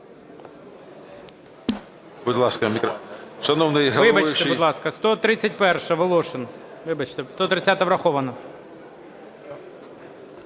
Вибачте, будь ласка. 131-а. Волошин. Вибачте, 130-а врахована.